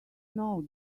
know